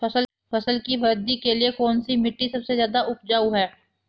फसल की वृद्धि के लिए कौनसी मिट्टी सबसे ज्यादा उपजाऊ है?